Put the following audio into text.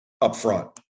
upfront